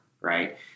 Right